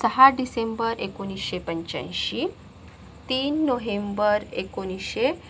सहा डिसेंबर एकोणीसशे पंच्याऐंशी तीन नोव्हेंबर एकोणीसशे